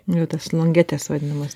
nu į tas longetes vadinamas